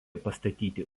pastatyti